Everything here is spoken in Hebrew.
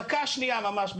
דקה, שנייה, ממש.